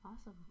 Awesome